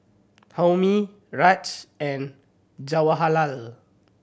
Homi Raj and Jawaharlal